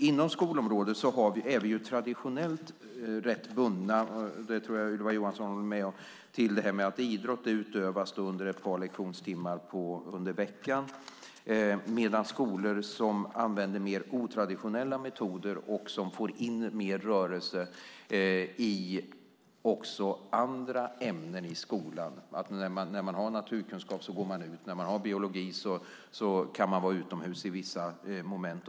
Inom skolområdet är vi traditionellt rätt bundna till - och det tror jag att Ylva Johansson håller med om - att idrott utövas under ett par lektionstimmar under veckan. Skolor som använder mer otraditionella metoder får in mer rörelser i också andra ämnen i skolan. När man har naturkunskap går man ut. När man har biologi kan man vara utomhus i vissa moment.